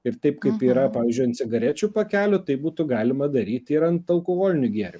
ir taip kaip yra pavyzdžiui ant cigarečių pakelių taip būtų galima daryti ir ant alkoholinių gėrimų